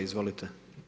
Izvolite.